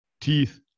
teeth